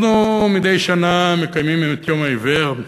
אנחנו מדי שנה מקיימים את יום העיוור,